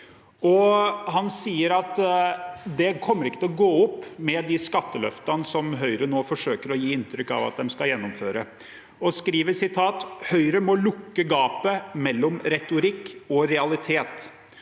Han sier at det ikke kommer til å gå opp med de skatteløftene som Høyre nå forsøker å gi inntrykk av at de skal gjennomføre. Han skriver følgende: «Høyre må lukke gapet mellom retorikk og realitet.